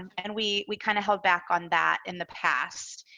and we we kind of held back on that in the past.